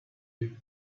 you